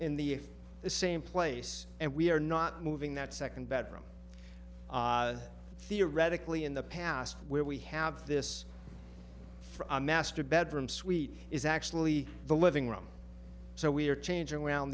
in the same place and we are not moving that second bedroom theoretically in the past where we have this for our master bedroom suite is actually the living room so we are changing around